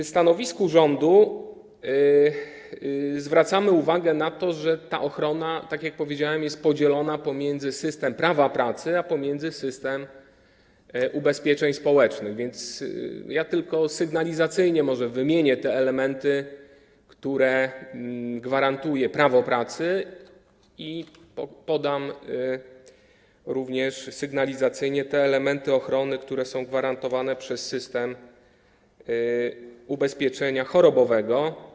W stanowisku rządu zwracamy uwagę na to, że ta ochrona, tak jak powiedziałem, jest podzielona pomiędzy system prawa pracy a system ubezpieczeń społecznych, więc tylko sygnalizacyjnie wymienię te elementy, które gwarantuje prawo pracy, i podam również sygnalizacyjnie te elementy ochrony, które są gwarantowane przez system ubezpieczenia chorobowego.